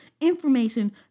information